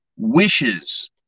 wishes